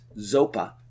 ZOPA